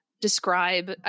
describe